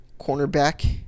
cornerback